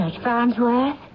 Farnsworth